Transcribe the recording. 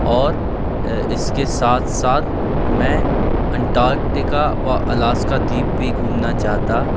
और इसके साथ साथ मैं अंटार्कटिका व अलास्का द्वीप भी घूमना चाहता